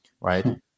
right